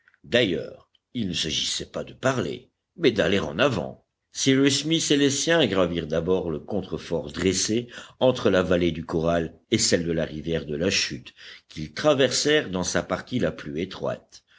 d'ailleurs il ne s'agissait pas de parler mais d'aller en avant cyrus smith et les siens gravirent d'abord le contrefort dressé entre la vallée du corral et celle de la rivière de la chute qu'ils traversèrent dans sa partie la plus étroite